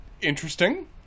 interesting